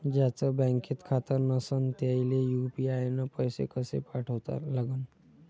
ज्याचं बँकेत खातं नसणं त्याईले यू.पी.आय न पैसे कसे पाठवा लागन?